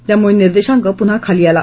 त्यामुळे निदॅशांक प्नः खाली आला